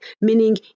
meaning